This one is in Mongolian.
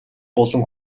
болон